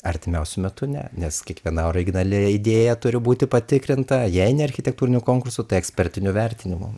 artimiausiu metu ne nes kiekviena originali idėja turi būti patikrinta jei ne architektūrinių konkursų tai ekspertiniu vertinimu